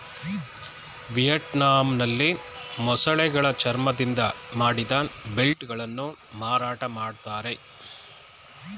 ವಿಯೆಟ್ನಾಂನಲ್ಲಿ ಮೊಸಳೆಗಳ ಚರ್ಮದಿಂದ ಮಾಡಿದ ಬೆಲ್ಟ್ ಗಳನ್ನು ಮಾರಾಟ ಮಾಡ್ತರೆ